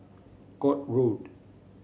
Court Road